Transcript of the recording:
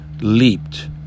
leaped